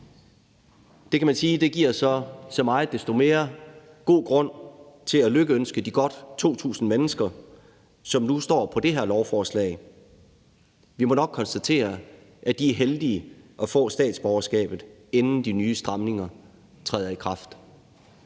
Det kan man sige giver så meget desto mere grund til at lykønske de godt 2.000 mennesker, som nu står på det her lovforslag. Vi må nok konstatere, at de er heldige at få statsborgerskabet, inden de nye stramninger træder i kraft.